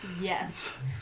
Yes